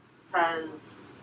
says